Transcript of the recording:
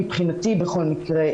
מבחינתי בכל מקרה,